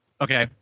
okay